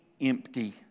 empty